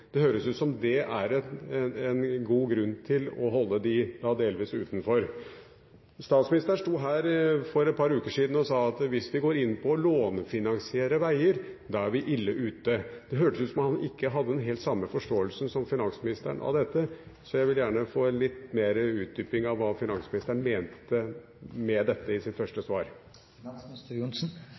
Det høres ut som om det er en god grunn til å holde dem delvis utenfor. Statsministeren sto her for et par uker siden og sa at hvis vi går inn på å lånefinansiere veier, er vi ille ute. Det hørtes ut som om han ikke hadde helt den samme forståelse som finansministeren av dette. Jeg vil gjerne få en litt mer utdypning av hva finansministeren mente med dette i sitt første